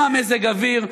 מה מזג אוויר.